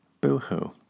Boo-hoo